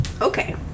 Okay